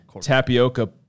Tapioca